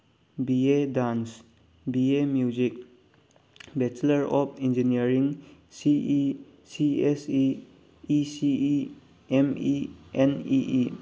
B A dance B A music bachelor of engineering C E C S E E C E M E N E E